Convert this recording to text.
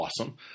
awesome